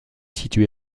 situé